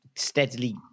steadily